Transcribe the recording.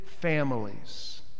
families